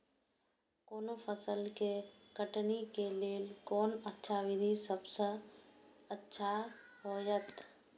कोनो फसल के कटनी के लेल कोन अच्छा विधि सबसँ अच्छा होयत?